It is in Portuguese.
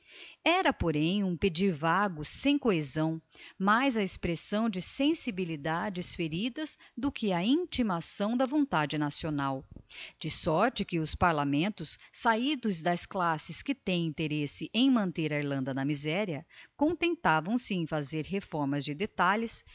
era porém um pedir vago sem cohesão mais a expressão de sensibilidades feridas do que a intimação da vontade nacional de sorte que os parlamentos sahidos das classes que têm interesse em manter a irlanda na miseria contentavam se em fazer reformas de detalhes